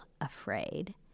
afraid